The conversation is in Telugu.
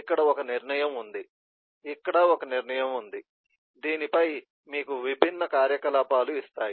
ఇక్కడ ఒక నిర్ణయం ఉంది ఇక్కడ ఒక నిర్ణయం ఉంది దీనిపై మీకు విభిన్న కార్యకలాపాలు ఇస్తాయి